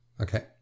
Okay